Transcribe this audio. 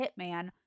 hitman